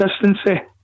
consistency